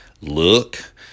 look